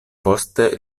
poste